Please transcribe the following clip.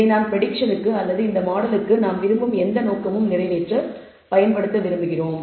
இதை நாம் ப்ரெடிக்ஷன்க்கு அல்லது இந்த மாடலுக்கு நாம் விரும்பும் எந்த நோக்கமும் நிறைவேற பயன்படுத்த விரும்புகிறோம்